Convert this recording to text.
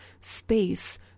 space